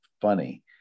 funny